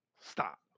Stop